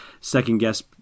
second-guess